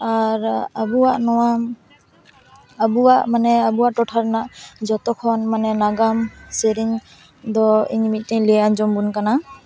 ᱟᱨ ᱟᱵᱩᱣᱟᱜ ᱱᱚᱣᱟ ᱟᱵᱩᱣᱟᱜ ᱢᱟᱱᱮ ᱟᱵᱩᱣᱟᱜ ᱴᱚᱴᱷᱟ ᱨᱮᱱᱟ ᱡᱚᱛᱚ ᱠᱷᱚᱱ ᱢᱟᱱᱮ ᱱᱟᱜᱟᱢ ᱥᱮ ᱥᱮᱨᱮᱧ ᱫᱚ ᱤᱧ ᱢᱤᱴᱴᱮᱱ ᱤᱧ ᱞᱟᱹᱭ ᱟᱡᱚᱢ ᱟᱵᱚᱱ ᱠᱟᱱᱟ